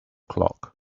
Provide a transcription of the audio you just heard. clock